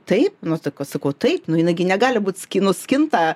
taip nu sakau sakau taip nu jinai gi negali būt skinus skinta